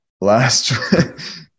last